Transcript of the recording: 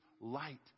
light